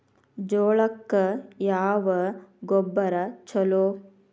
ಜೋಳಕ್ಕ ಯಾವ ಗೊಬ್ಬರ ಛಲೋ?